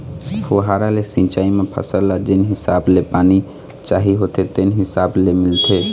फुहारा ले सिंचई म फसल ल जेन हिसाब ले पानी चाही होथे तेने हिसाब ले मिलथे